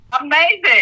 Amazing